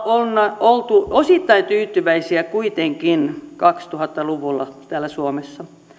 on oltu osittain tyytyväisiä kuitenkin kaksituhatta luvulla täällä suomessa